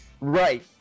Right